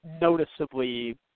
noticeably